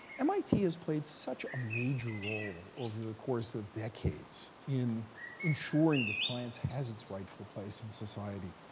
mit has played such a major role over the course of decades in ensuring that science has its rightful place in society,